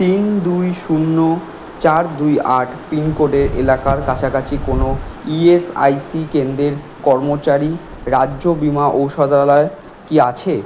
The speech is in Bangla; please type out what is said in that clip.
তিন দুই শূন্য চার দুই আট পিনকোডের এলাকার কাছাকাছি কোনও ইএসআইসি কেন্দ্রের কর্মচারী রাজ্য বিমা ঔষধালয় কি আছে